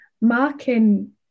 Marking